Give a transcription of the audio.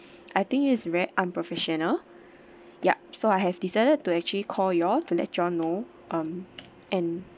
I think it's very unprofessional yup so I have decided to actually call you all to let you all know um and